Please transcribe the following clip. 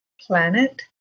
planet